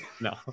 no